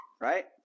Right